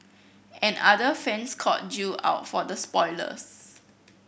and other fans called Jill out for the spoilers